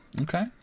Okay